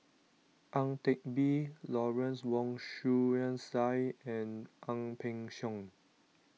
Ang Teck Bee Lawrence Wong Shyun Tsai and Ang Peng Siong